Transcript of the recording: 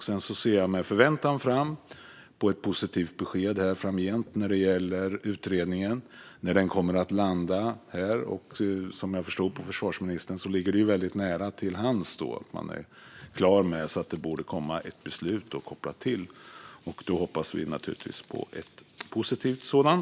Sedan ser jag med förväntan fram emot ett positivt besked framgent när det gäller utredningen. Som jag förstod försvarsministern är det väldigt nära att man är klar med den, så det borde snart komma ett beslut. Då hoppas vi naturligtvis på ett positivt sådant.